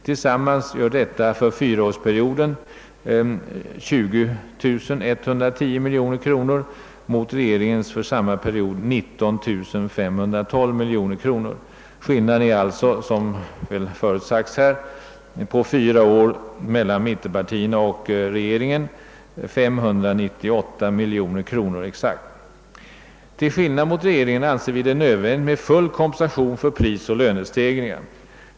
Tillsammans gör detta för fyraårsperioden 20110 miljoner kronor mot regeringens 19 512 miljoner kronor för samma period. Skillnaden mellan mittenpartiernas och regeringens förslag blir alltså under fyra år, som väl förut sagts här, exakt 598 miljoner kronor. Till skillnad mot regeringen anser vi det nödvändigt med full kompensation för prisoch lönestegringar.